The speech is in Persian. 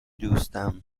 دوستم